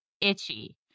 itchy